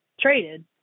traded